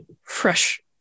fresh